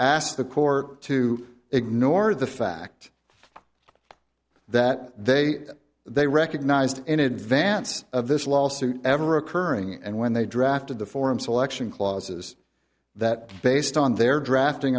court to ignore the fact that they they recognized in advance of this lawsuit ever occurring and when they drafted the form selection clauses that based on their drafting